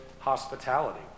hospitality